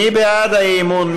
מי בעד האי-אמון?